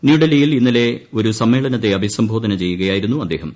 ന്യൂഡൽഹിയിൽ ഇന്നലെ ഒരു സമ്മേളനത്തെ അഭിസംബോധന ചെയ്യുകയായിരുന്നു അദ്ദേഹം